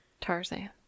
Tarzan